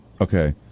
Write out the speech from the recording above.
Okay